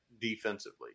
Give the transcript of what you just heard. defensively